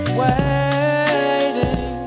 waiting